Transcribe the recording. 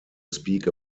speak